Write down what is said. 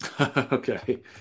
Okay